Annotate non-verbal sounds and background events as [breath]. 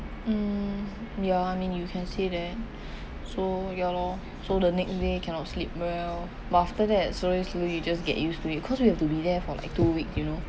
mm ya I mean you can say that [breath] so ya lor so the next day cannot sleep well but after that slowly slowly you just get used to it cause we have to be there for like two week you know